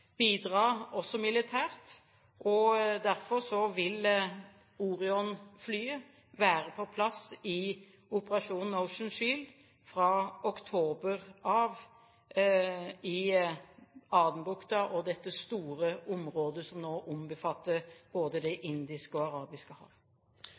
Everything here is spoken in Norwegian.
bidra, også militært, og derfor vil Orion-flyet være på plass i operasjon Ocean Shield fra oktober av i Adenbukta og dette store området som nå omfatter både Det